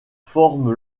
forme